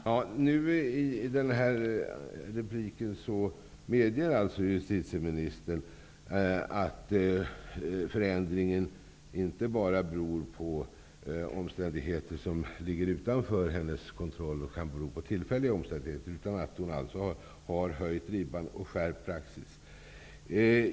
Fru talman! I det här inlägget medger alltså justitieministern att förändringen inte bara beror på omständigheter som ligger utanför hennes kontroll och kan bero på tillfälligheter. Hon har höjt ribban och skärpt praxis.